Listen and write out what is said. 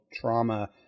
trauma